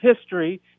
history